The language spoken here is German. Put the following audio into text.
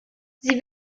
sie